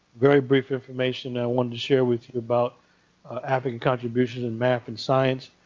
very brief information that i wanted to share with you about african contribution in math and science.